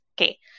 okay